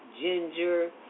ginger